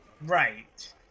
Right